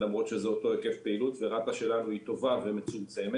למרות שזה אותו היקף פעילות ורת"א שלנו היא טובה ומצומצמת.